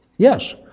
Yes